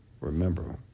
Remember